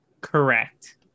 correct